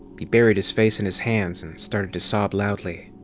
he buried his face in his hands and started to sob loudly.